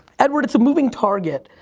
edward, it's a moving target.